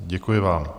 Děkuji vám.